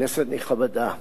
כנסת נכבדה,